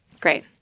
Great